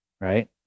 Right